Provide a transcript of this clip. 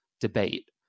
debate